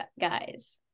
guys